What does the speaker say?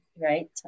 right